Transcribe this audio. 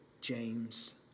James